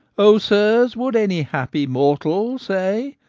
o, sirs, would any happy mortal, say,